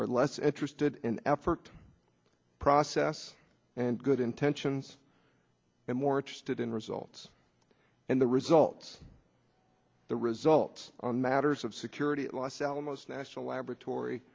are less interested in effort process and good intentions and more interested in results and the results the results on matters of security at los alamos national laboratory